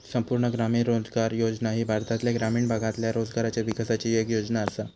संपूर्ण ग्रामीण रोजगार योजना ही भारतातल्या ग्रामीण भागातल्या रोजगाराच्या विकासाची येक योजना आसा